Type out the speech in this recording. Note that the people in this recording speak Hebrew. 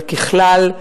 אבל ככלל,